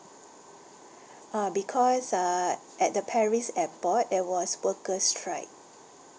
uh because err at the paris airport there was workers' strike